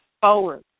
forward